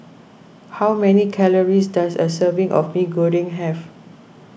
how many calories does a serving of Mee Goreng have